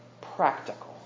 practical